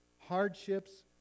hardships